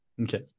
okay